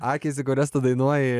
akys į kurias tu dainuoji